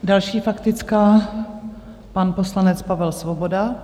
Další faktická, pan poslanec Pavel Svoboda.